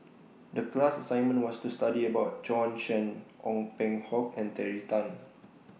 The class assignment was to study about Bjorn Shen Ong Peng Hock and Terry Tan